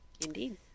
indeed